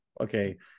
Okay